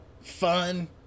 fun